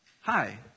Hi